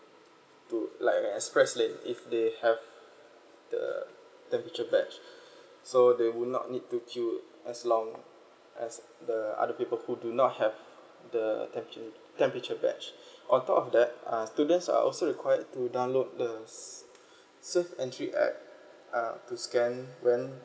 to like an express lane if they have the temperature badge so they would not need to queue as long as the other people who do not have the temperature temperature badge on top of that uh students are also required to download the s~ safeentry app uh to scan when